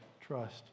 trust